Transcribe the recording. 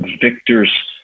victor's